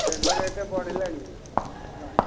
ତେଲ ରେଟ୍ ବଢ଼ିଲାଣି ହେଲା